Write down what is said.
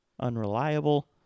unreliable